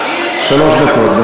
שלוש דקות.